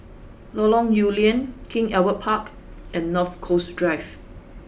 Lorong Lew Lian King Albert Park and North Coast Drive